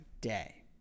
day